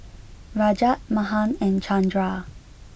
Rajat Mahan and Chandra